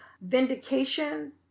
vindication